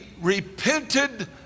repented